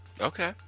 Okay